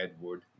Edward